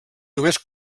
només